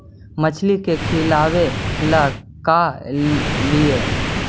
मछली के खिलाबे ल का लिअइ?